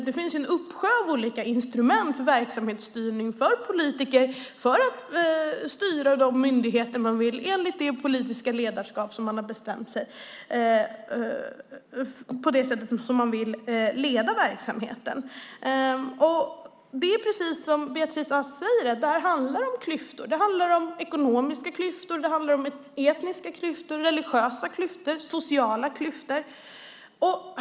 Det finns en uppsjö instrument för verksamhetsstyrning för politiker för att styra myndigheter på det sätt man vill leda verksamheten. Precis som Beatrice Ask säger handlar det om klyftor. Det handlar om ekonomiska, etniska, religiösa och sociala klyftor.